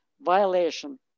violation